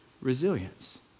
resilience